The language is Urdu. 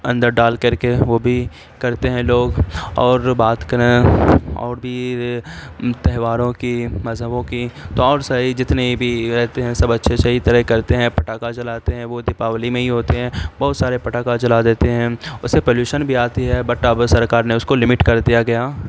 اندر ڈال کر کے وہ بھی کرتے ہیں لوگ اور بات کریں اور بھی تہواروں کی مذہبوں کی تو اور سہی جتنے بھی رہتے ہیں سب اچھے صحیح طرح کرتے ہیں پٹاکا جلاتے ہیں وہ دیپاولی میں ہی ہوتے ہیں بہت سارے پٹاکا جلا دیتے ہیں اس سے پلیوشن بھی آتی ہے بٹ اب سرکار نے اس کو لمٹ کر دیا گیا